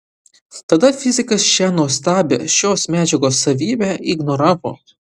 tada fizikas šią nuostabią šios medžiagos savybę ignoravo